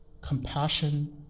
compassion